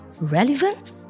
relevant